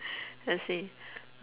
let's see